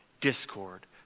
discord